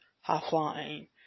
high-flying